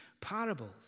parables